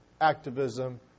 activism